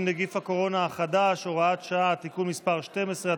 נגיף הקורונה החדש (הוראת שעה) (תיקון מס' 12),